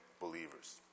believers